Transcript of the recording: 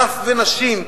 טף ונשים,